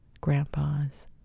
grandpas